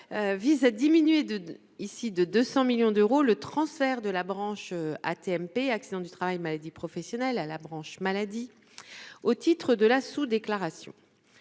vise à diminuer de d'ici, de 200 millions d'euros, le transfert de la branche AT-MP accidents du travail-maladies professionnelles à la branche maladie au titre de la sous-déclaration